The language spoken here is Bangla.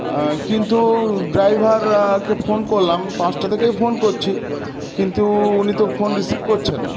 কিন্তু ড্রাইভারকে ফোন করলাম পাঁচটা থেকেই ফোন করছি কিন্তু উনি তো ফোন রিসিভ করছেন না